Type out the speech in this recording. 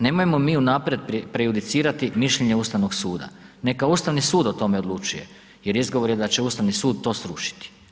Nemojmo mi unaprijed prejudicirati mišljenje Ustavnog suda, neka Ustavni sud o tome odlučuje jer izgovor je da će Ustavni sud to srušiti.